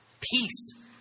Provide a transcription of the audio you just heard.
peace